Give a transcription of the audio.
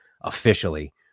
officially